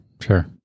Sure